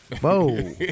Whoa